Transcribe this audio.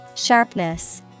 Sharpness